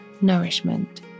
nourishment